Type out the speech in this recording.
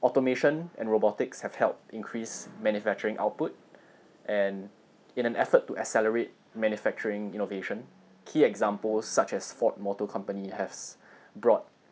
automation and robotics have helped increase manufacturing output and in an effort to accelerate manufacturing innovation key examples such as Ford Motor Company has brought